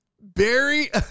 Barry